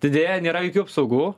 didėja nėra jokių apsaugų